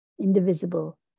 indivisible